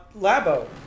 Labo